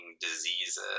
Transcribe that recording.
diseases